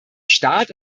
staat